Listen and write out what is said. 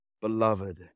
beloved